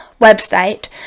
website